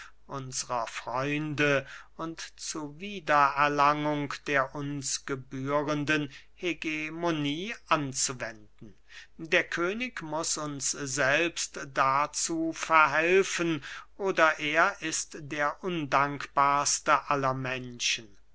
unsrer freunde und zu wiedererlangung der uns gebührenden hegemonie anzuwenden der könig muß uns selbst dazu verhelfen oder er ist der undankbarste aller menschen